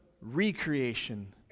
recreation